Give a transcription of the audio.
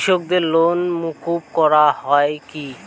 কৃষকদের লোন মুকুব করা হয় কি?